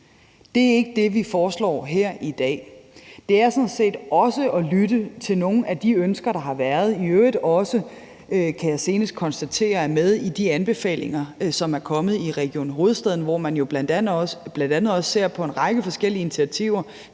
Det er ikke det, vi foreslår her i dag. Det er sådan set også at lytte til nogle af de ønsker, der har været og i øvrigt også er med i, kan jeg senest konstatere, de anbefalinger, som er kommet i Region Hovedstaden, hvor man jo bl.a. også ser på en række forskellige initiativer